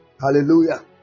Hallelujah